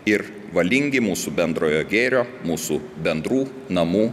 ir valingi mūsų bendrojo gėrio mūsų bendrų namų